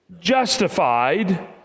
justified